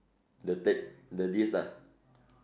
the tape the disc ah